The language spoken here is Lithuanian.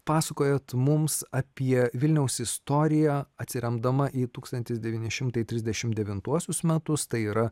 pasakojot mums apie vilniaus istoriją atsiremdama į tūkstantis devyni šimtai trisdešimt devintuosius metus tai yra